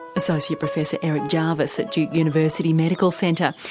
associate professor erich jarvis at duke university medical center.